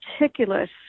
meticulous